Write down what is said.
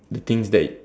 the things that